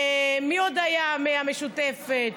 מי עוד היה, מהמשותפת,